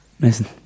Listen